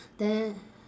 then